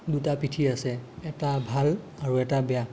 দুটা পিঠি আছে এটা ভাল আৰু এটা বেয়া